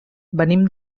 venim